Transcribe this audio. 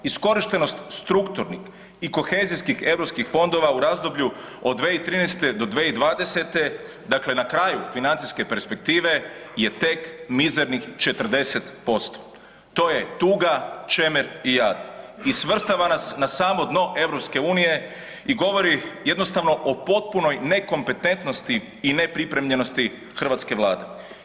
Iskorištenost strukturnih i kohezijskih europskih fondova u razdoblju od 2013. do 2020., dakle na kraju financijske perspektive je tek mizernih 40%, to je tuga, čemer i jad i svrstava nas na samo dno EU i govori jednostavno o potpunoj nekompetentnosti i nepripremljenosti hrvatske vlade.